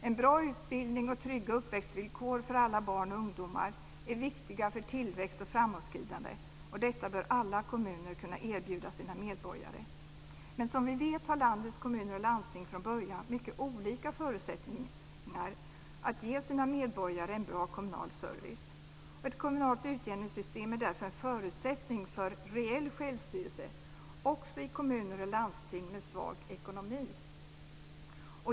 En bra utbildning och trygga uppväxtvillkor för alla barn och ungdomar är viktiga för tillväxt och framåtskridande. Detta bör alla kommuner kunna erbjuda sina medborgare. Men som vi vet har landets kommuner och landsting från början mycket olika förutsättningar att ge sina medborgare en bra kommunal service. Ett kommunalt utjämningssystem är därför en förutsättning för reell självstyrelse också i kommuner och landsting med svag ekonomi.